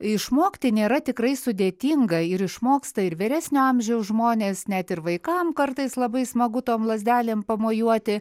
išmokti nėra tikrai sudėtinga ir išmoksta ir vyresnio amžiaus žmonės net ir vaikam kartais labai smagu tom lazdelėm pamojuoti